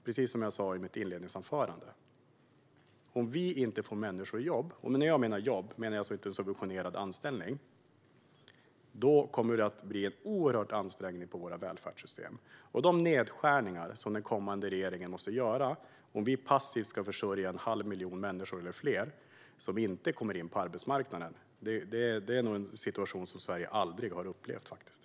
Precis som jag sa i mitt inledningsanförande tror jag att om vi inte får människor i jobb - och då menar jag inte subventionerade anställningar - då kommer det att bli en oerhörd ansträngning på våra välfärdssystem. Den kommande regeringen måste göra nedskärningar om vi passivt ska försörja en halv miljon människor eller fler som inte kommer in på arbetsmarknaden, och det är nog en situation som Sverige aldrig har upplevt.